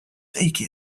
take